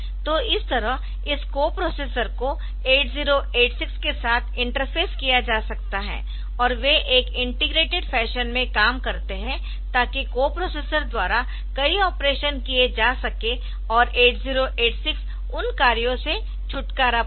तो इस तरह इस कोप्रोसेसर को 8086 के साथ इंटरफ़ेस किया जा सकता है और वे एक इंटीग्रेटेड फैशन में काम करते है ताकि कोप्रोसेसर द्वारा कई ऑपरेशन किए जा सकें और 8086 उन कार्यों से छुटकारा पाएं